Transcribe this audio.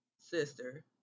sister